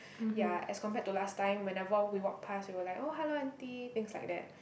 ya as compared to last time whenever we walked past we will like hello aunty things like that